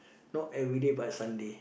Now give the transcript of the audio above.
not everyday but Sunday